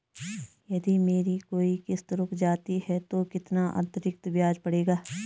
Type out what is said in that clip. यदि मेरी कोई किश्त रुक जाती है तो कितना अतरिक्त ब्याज पड़ेगा?